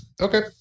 okay